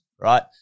Right